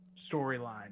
storyline